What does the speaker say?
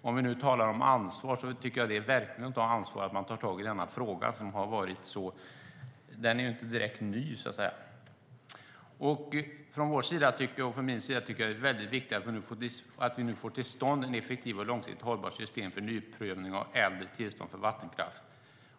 Om vi nu talar om ansvar kan jag säga att man verkligen tar ansvar genom att ta tag i denna fråga, som inte direkt är ny. För oss och mig är det väldigt viktigt att vi nu får till stånd ett effektivt och långsiktigt hållbart system för nyprövning av äldre tillstånd för vattenkraft